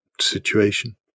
situation